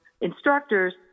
instructors